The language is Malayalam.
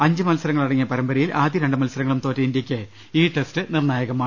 അഞ്ച് മത്സരങ്ങളടങ്ങിയ പരമ്പരയിൽ ആദ്യ രണ്ട് മത്സരങ്ങളും തോറ്റ ഇന്ത്യക്ക് ഈ ടെസ്റ്റ് നിർണായകമാണ്